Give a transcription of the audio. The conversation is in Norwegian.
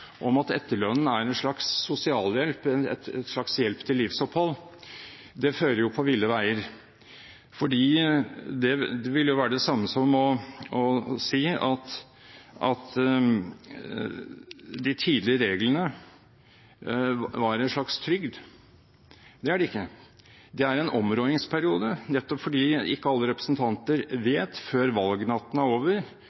om at etterlønnen er en slags sosialhjelp, en slags hjelp til livsopphold, fører på ville veier. Det vil jo være det samme som å si at de tidligere reglene var en slags trygd. Det er det ikke. Det er en områdingsperiode, nettopp fordi ikke alle representanter